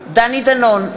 דני דנון,